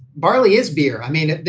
barley is beer. i mean,